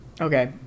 Okay